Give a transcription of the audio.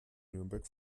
nürnberg